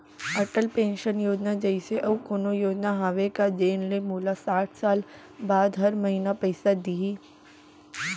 Atal pension योजना जइसे अऊ कोनो योजना हावे का जेन ले मोला साठ साल बाद हर महीना पइसा दिही?